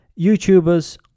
YouTubers